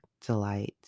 delight